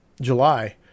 July